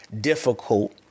difficult